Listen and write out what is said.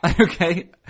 Okay